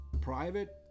private